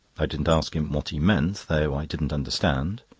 i didn't ask him what he meant though i didn't understand.